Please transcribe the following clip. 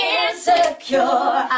insecure